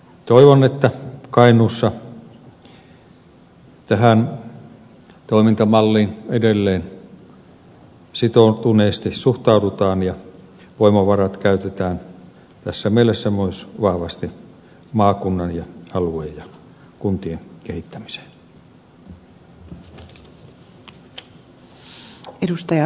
toivon että kainuussa tähän toimintamalliin edelleen sitoutuneesti suhtaudutaan ja voimavarat käytetään tässä mielessä myös vahvasti maakunnan ja alueen ja kuntien kehittämiseen